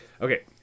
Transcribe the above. Okay